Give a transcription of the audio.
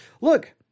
look